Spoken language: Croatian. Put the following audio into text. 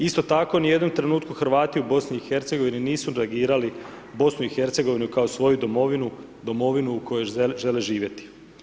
Isto tako ni u jednom trenutku Hrvati u BIH, nisu … BIH kao svoju domovinu, domovinu ¸u kojoj žele živjeti.